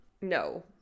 No